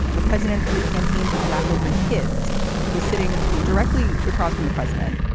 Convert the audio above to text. the president of the campaign for tobacco-free kids was sitting directly across from the president,